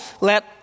Let